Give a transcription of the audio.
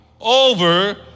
over